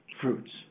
fruits